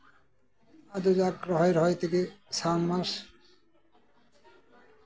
ᱨᱚᱦᱚᱭ ᱨᱚᱦᱚᱭ ᱛᱮᱜᱮ ᱟᱥᱟᱲ ᱢᱟᱥ